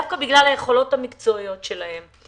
דווקא בגלל היכולות המקצועיות שלהם.